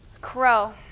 Crow